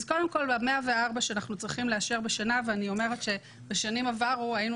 104 שאנחנו צריכים לאשר בשנה בשנים עברו היינו